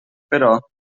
però